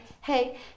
hey